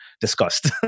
discussed